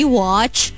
watch